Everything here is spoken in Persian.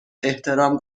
احترام